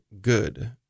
Good